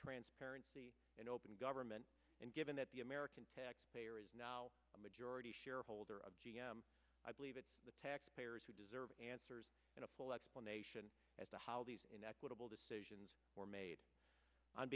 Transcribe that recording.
transparency and open government and given that the american taxpayer is now a majority shareholder of g m i believe that the taxpayers who deserve answers and a full explanation as to how these inequitable decisions were made on